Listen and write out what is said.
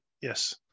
yes